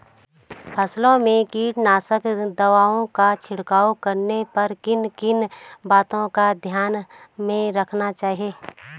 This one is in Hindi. फसलों में कीटनाशक दवाओं का छिड़काव करने पर किन किन बातों को ध्यान में रखना चाहिए?